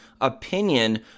opinion